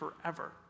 forever